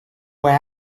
way